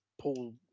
Paul